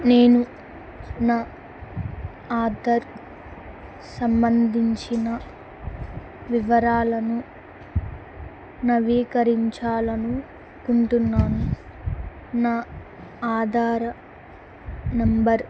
నేను నా ఆధార్ సంబంధించిన వివరాలను నవీకరించాలి అనుకుంటున్నాను నా ఆధార్ నెంబర్